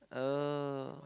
oh